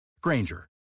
Granger